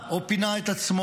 או פינה את עצמו,